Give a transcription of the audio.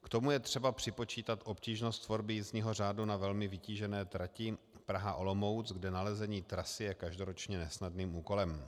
K tomu je třeba připočítat obtížnost tvorby jízdního řádu na velmi vytížené trati Praha Olomouc, kde nalezení trasy je každoročně nesnadným úkolem.